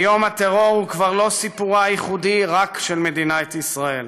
כיום הטרור הוא כבר לא סיפורה הייחודי של מדינת ישראל.